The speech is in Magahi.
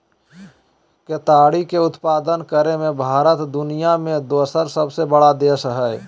केताड़ी के उत्पादन करे मे भारत दुनिया मे दोसर सबसे बड़ा देश हय